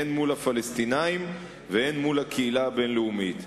הן מול הפלסטינים והן מול הקהילה הבין-לאומית.